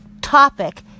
topic